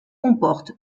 comporte